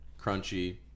crunchy